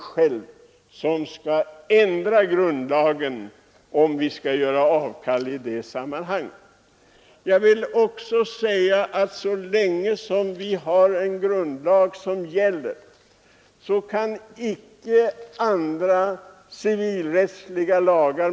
Grundlagen skall inte heller kunna brytas genom stadganden i civilrättsliga lagar.